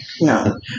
No